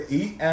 eat